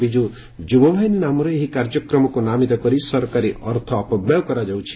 ବିଜୁ ଯୁବ ବାହିନୀ ନାମରେ ଏହି କାର୍ଯ୍ୟକ୍ରମକୁ ନାମିତ କରି ସରକାରୀ ଅର୍ଥ ଅପବ୍ୟୟ କରାଯାଉଛି